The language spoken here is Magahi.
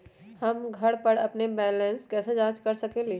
हम घर पर अपन बैलेंस कैसे जाँच कर सकेली?